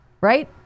Right